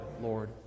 Lord